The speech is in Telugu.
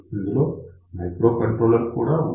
ఇందులో మైక్రోకంట్రోలర్ కూడా ఉంది